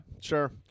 Sure